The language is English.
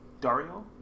Dario